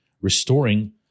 restoring